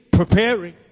preparing